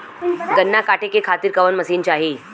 गन्ना कांटेके खातीर कवन मशीन चाही?